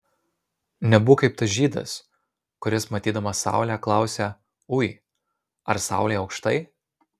nebūk kaip tas žydas kuris matydamas saulę klausia ui ar saulė aukštai